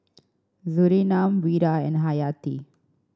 Surinam Wira and Hayati